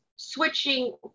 switching